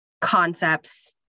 concepts